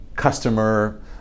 customer